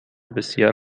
بسیار